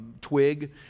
twig